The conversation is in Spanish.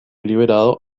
liberado